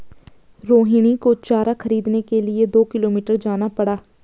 रोहिणी को चारा खरीदने के लिए दो किलोमीटर जाना पड़ा